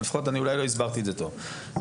ההצעה היא לקחת בדיוק כמו שתעשו עם ה-210,000.